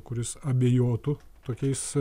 kuris abejotų tokiais